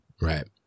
Right